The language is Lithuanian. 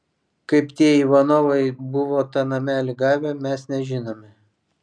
kaip tie ivanovai buvo tą namelį gavę mes nežinome